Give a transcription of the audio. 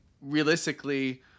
realistically